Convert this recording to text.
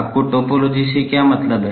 आपको टोपोलॉजी से क्या मतलब है